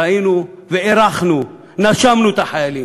ראינו והרחנו, נשמנו את החיילים.